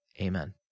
Amen